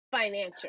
financial